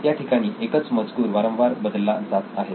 या ठिकाणी एकच मजकूर वारंवार बदलला जात आहे